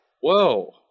whoa